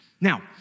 Now